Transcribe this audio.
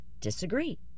disagree